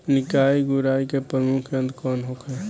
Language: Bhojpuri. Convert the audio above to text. निकाई गुराई के प्रमुख यंत्र कौन होखे?